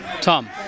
Tom